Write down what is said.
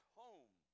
home